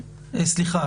3 ו-4 אלה הרמות